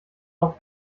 auch